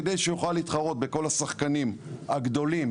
כדי שיוכל להתחרות בכל השחקנים הגדולים,